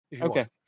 Okay